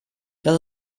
dass